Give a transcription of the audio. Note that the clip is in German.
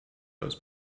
aus